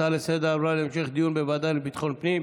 ההצעה לסדר-היום עברה להמשך דיון בוועדה לביטחון פנים.